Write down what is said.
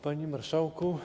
Panie Marszałku!